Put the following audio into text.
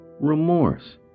remorse